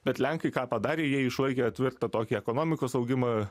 bet lenkai ką padarė jie išlaikė tvirtą tokį ekonomikos augimą